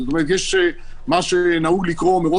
זאת אומרת שיש מה שנהוג לקרוא מרוץ